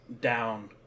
down